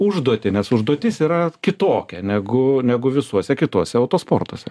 užduotį nes užduotis yra kitokia negu negu visuose kituose autosportose